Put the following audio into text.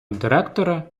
директора